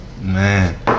Man